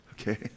Okay